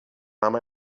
ama